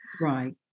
Right